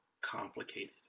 complicated